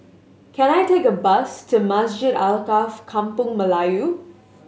can I take a bus to Masjid Alkaff Kampung Melayu